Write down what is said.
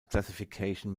classification